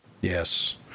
Yes